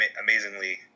amazingly